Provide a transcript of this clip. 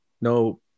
no